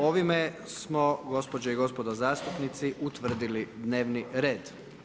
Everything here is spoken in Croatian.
Ovime smo gospođe i gospodo zastupnici, utvrdili dnevni red.